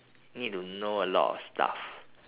need to know a lot of stuff